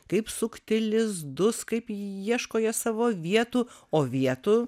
kaip sukti lizdus kaip ieško jie savo vietų o vietų